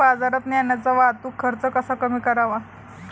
बाजारात नेण्याचा वाहतूक खर्च कसा कमी करावा?